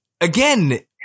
Again